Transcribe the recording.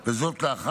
וזאת לאחר